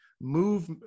move